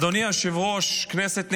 אדוני היושב-ראש, כנסת נכבדה,